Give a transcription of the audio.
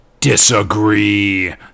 Disagree